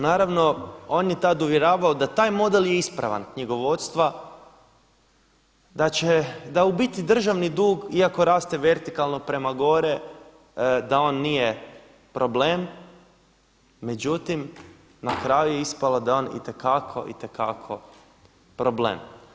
Naravno on je tada uvjeravao da taj model je ispravan knjigovodstva da će, da u biti državni dug iako raste vertikalno prema gore da on nije problem, međutim na kraju je ispalo da je on itekako, itekako problem.